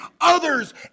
others